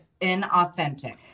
inauthentic